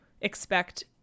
expect